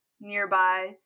nearby